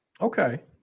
Okay